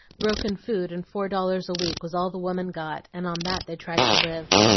broken food and four dollars a week was all the woman got, and on that they tried to live.